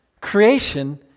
Creation